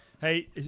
Hey